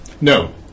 No